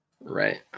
Right